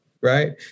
right